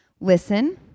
Listen